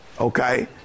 okay